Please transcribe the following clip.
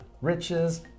riches